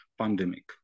pandemic